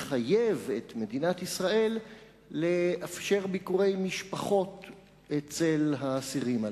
לא מחייב את מדינת ישראל לאפשר ביקורי משפחות אצל האסירים הללו.